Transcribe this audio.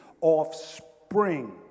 offspring